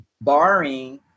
barring